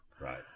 Right